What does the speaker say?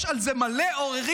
יש על זה מלא עוררין,